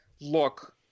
look